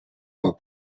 while